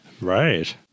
Right